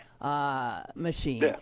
machine